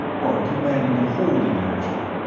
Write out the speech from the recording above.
or commanding a holding action.